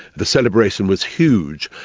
the celebration was huge.